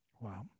Wow